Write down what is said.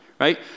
right